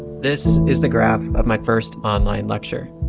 this is the graph of my first online lecture.